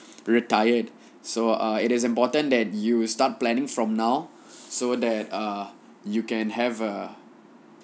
retired so err it is important that you will start planning from now so that err you can have a